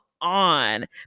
on